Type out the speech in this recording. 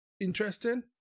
interesting